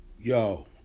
Yo